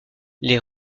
les